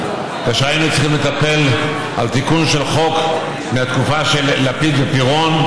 שכאשר היינו צריכים לטפל בתיקון של חוק מהתקופה של לפיד ופירון,